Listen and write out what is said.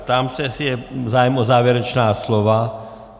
Ptám se, jestli je zájem o závěrečná slova.